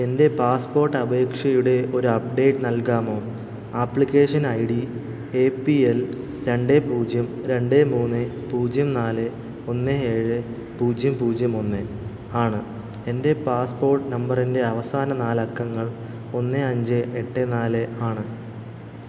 എന്റെ പാസ്പ്പോട്ടപേക്ഷയുടെ ഒരപ്ഡേറ്റ് നൽകാമോ application I D A P L രണ്ട് പൂജ്യം രണ്ട് മൂന്ന് പൂജ്യം നാല് ഒന്ന് ഏഴ് പൂജ്യം പൂജ്യം ഒന്ന് ആണ് എന്റെ പാസ്പ്പോട്ട് നമ്പറിന്റെ അവസാന നാലക്കങ്ങൾ ഒന്ന് അഞ്ച് എട്ട് നാല് ആണ്